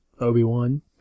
Obi-Wan